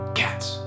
cats